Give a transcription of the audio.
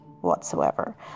whatsoever